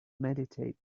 meditate